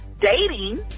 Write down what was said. dating